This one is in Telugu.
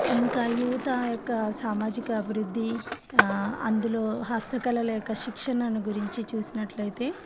ఇంకా యువత యొక్క సామాజిక అభివృద్ధి అందులో హస్తకళల యొక్క శిక్షణను గురించి చూసినట్లయితే